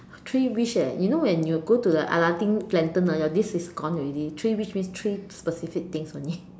three wish eh you know when you go to the Aladdin lantern ah your wish is gone already three wish means three specific things only